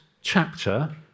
chapter